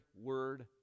word